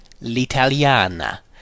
l'Italiana